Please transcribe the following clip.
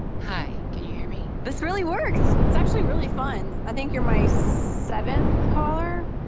hi. can you hear me? this really works. it's actually really fun. i think you're my seventh caller?